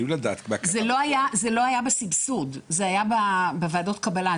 זה לא היה בסבסוד, זה היה בוועדות קבלה.